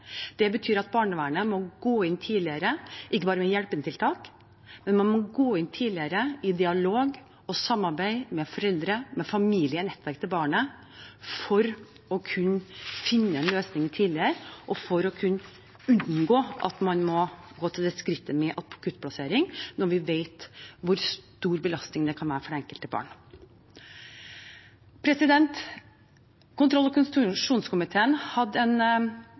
Det betyr at barnevernet må gå inn tidligere – ikke bare med hjelpetiltak, men man må gå inn tidligere i dialog og samarbeid med foreldrene, familien og nettverket til barnet for å kunne finne en løsning tidligere og for å kunne unngå at man må gå til skrittet med akuttplassering, når vi vet hvor stor belastning det kan være for det enkelte barnet. Kontroll- og konstitusjonskomiteen hadde for kort tid tilbake en